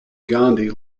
gandhi